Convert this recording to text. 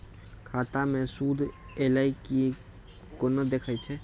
खाता मे सूद एलय की ने कोना देखय छै?